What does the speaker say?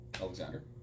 Alexander